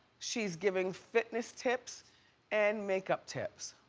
she's giving fitness tips and makeup tips.